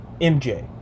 MJ